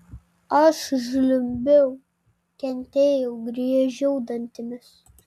aš žliumbiau kentėjau griežiau dantimis